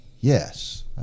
yes